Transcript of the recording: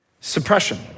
Suppression